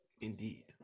Indeed